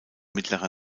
mittlerer